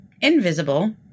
invisible